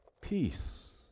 Peace